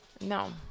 No